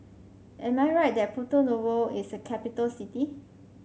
am I right that Porto Novo is a capital city